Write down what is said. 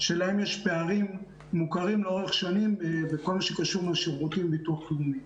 שלהן יש פערים מוכרים לאורך שנים בכל מה שקשור לשירותים של ביטוח לאומי.